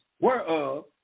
whereof